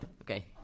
Okay